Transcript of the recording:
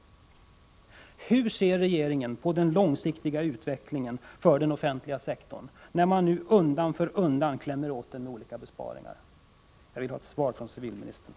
Hur ser regeringen på den långsiktiga utvecklingen för den offentliga sektorn, när man nu undan för undan klämmer åt den med olika besparingar? Jag vill ha ett svar från civilministern.